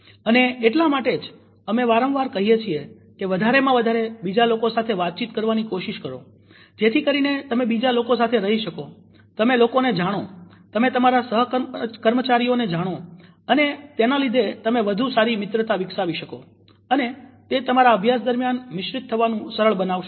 અને એટલા માટે જ અમે વારંવાર કહીએ છીએ કે વધારેમાં વધારે બીજા લોકો સાથે વાતચીત કરવાની કોશિશ કરો જેથી કરીને તમે બીજા લોકો સાથે રહી શકો તમે લોકોને જાણો તમે તમારા સહકર્મચારીઓને જાણો અને તેના લીધે તમે વધુ સારી મિત્રતા વિકસાવી શકો અને તે તમારા અભ્યાસ દરમ્યાન મિશ્રિત થવાનું સરળ બનાવશે